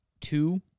Two